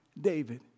David